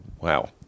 wow